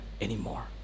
anymore